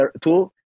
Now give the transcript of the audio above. tool